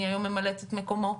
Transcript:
היום אני ממלאת את מקומו,